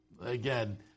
again